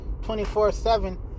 24-7